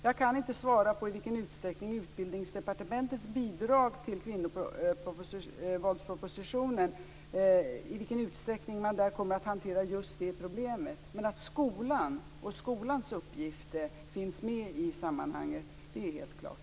Jag kan inte svara på i vilken utsträckning som man i Utbildningsdepartementets bidrag till kvinnovåldspropositionen kommer att hantera just det problemet. Men att skolan och skolans uppgift finns med i sammanhanget är helt klart.